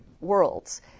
worlds